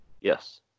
Yes